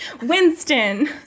winston